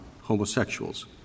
homosexuals